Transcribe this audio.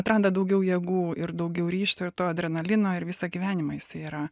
atranda daugiau jėgų ir daugiau ryžto ir to adrenalino ir visą gyvenimą jisai yra